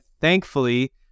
thankfully